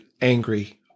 angry